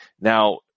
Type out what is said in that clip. now